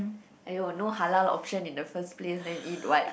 !aiyo! no halal options in the first place then eat what